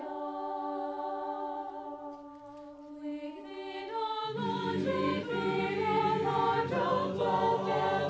oh no no no